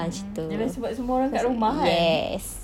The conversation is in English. mm mm ini sebab semua orang dekat rumah kan